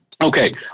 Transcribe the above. Okay